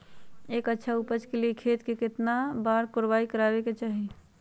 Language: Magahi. एक अच्छा उपज के लिए खेत के केतना बार कओराई करबआबे के चाहि?